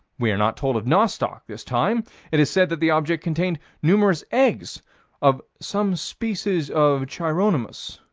we are not told of nostoc, this time it is said that the object contained numerous eggs of some species of chironomus,